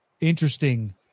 interesting